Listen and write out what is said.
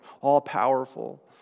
all-powerful